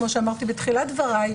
כמו שאמרתי בתחילת דבריי,